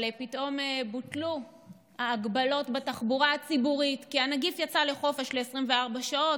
פתאום בוטלו ההגבלות בתחבורה הציבורית כי הנגיף יצא לחופש ל-24 שעות,